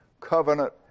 covenant